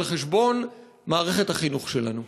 על חשבון מערכת החינוך שלנו.